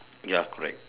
ya correct